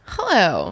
Hello